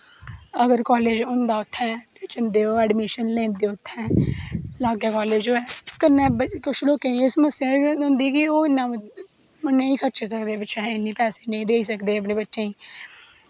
अगर कालेज होंदा हा इत्थै ते ओह् अड़मिशन लैंदे उत्थै लाग्गै कालेज होऐ कन्नै किश बच्चें दी एह् समस्यां बी होंदियां कि ओह् नेईं खर्ची सकदे पैसे नेईं देई सकदे अपने बच्चें गी